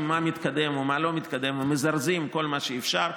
מה מתקדם ומה לא מתקדם ומזרזים כל מה שאפשר,